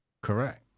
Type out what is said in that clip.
Correct